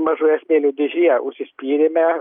mažoje smėlio dėžėje užsispyrėme